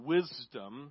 Wisdom